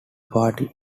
party